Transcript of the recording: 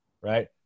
right